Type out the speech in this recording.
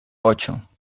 ocho